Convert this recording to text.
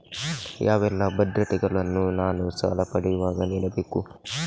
ಯಾವೆಲ್ಲ ಭದ್ರತೆಗಳನ್ನು ನಾನು ಸಾಲ ಪಡೆಯುವಾಗ ನೀಡಬೇಕು?